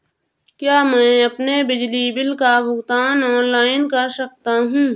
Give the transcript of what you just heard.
क्या मैं अपने बिजली बिल का भुगतान ऑनलाइन कर सकता हूँ?